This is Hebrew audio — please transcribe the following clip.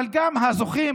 אבל גם הזוכים,